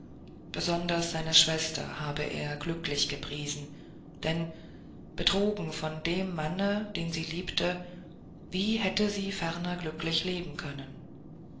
besonders seine schwester habe er glücklich gepriesen denn betrogen von dem manne den sie liebte wie hätte sie ferner glücklich leben können